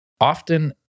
often